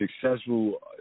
successful